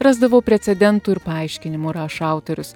rasdavau precedentų ir paaiškinimų rašo autorius